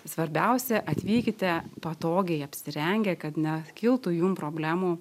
svarbiausia atvykite patogiai apsirengę kad nekiltų jum problemų